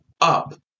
up